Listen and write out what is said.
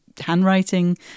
handwriting